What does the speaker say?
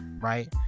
right